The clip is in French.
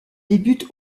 débute